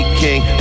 king